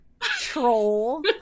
troll